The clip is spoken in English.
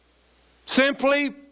Simply